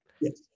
Yes